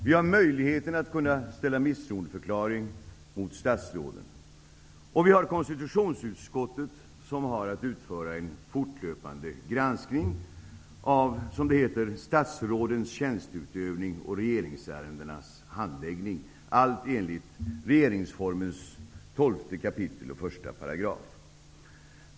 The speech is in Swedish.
Vi har möjligheten att begära misstroendeförklaring mot statsråden. Vi har konstitutionsutskottet, som har att utföra en fortlöpande granskning av, som det heter i Regeringsformen 12 kap. 1 §, ''statsrådens tjänsteutövning och regeringsärendenas handläggning''.